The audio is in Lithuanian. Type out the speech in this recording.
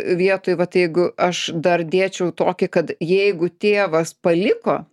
vietoj vat jeigu aš dar dėčiau tokį kad jeigu tėvas paliko